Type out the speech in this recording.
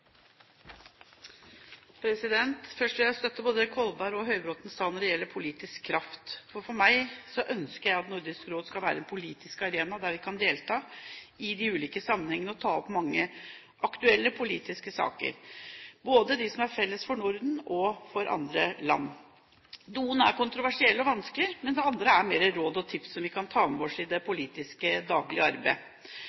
Først vil jeg støtte både Kolberg og Høybråten i det de sa i stad når det gjelder politisk kraft. Jeg ønsker at Nordisk Råd skal være en politisk arena der vi kan delta i de ulike sammenhengene og ta opp mange aktuelle politiske saker, både de som er felles for Norden, og de som gjelder andre land. Noen er kontroversielle og vanskelige, mens andre dreier seg mer om råd og tips vi kan med oss i det